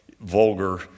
vulgar